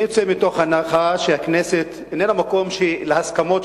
אני יוצא מתוך הנחה שהכנסת איננה מקום של הסכמות,